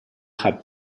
have